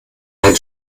ein